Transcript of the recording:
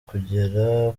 kugera